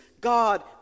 God